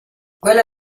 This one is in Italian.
quella